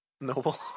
Noble